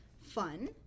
fun